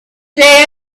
they